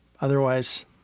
Otherwise